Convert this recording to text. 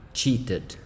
cheated